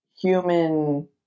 human